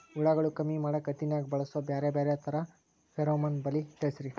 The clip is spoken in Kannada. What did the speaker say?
ಹುಳುಗಳು ಕಮ್ಮಿ ಮಾಡಾಕ ಹತ್ತಿನ್ಯಾಗ ಬಳಸು ಬ್ಯಾರೆ ಬ್ಯಾರೆ ತರಾ ಫೆರೋಮೋನ್ ಬಲಿ ತಿಳಸ್ರಿ